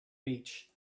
beach